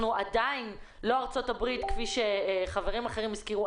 אנחנו עדיין לא ארצות הברית כפי שחברים אחרים הזכירו.